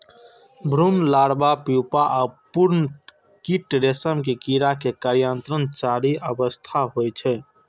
भ्रूण, larva, pupa आ पूर्ण कीट रेशम के कीड़ा के कायांतरणक चारि अवस्था होइ छै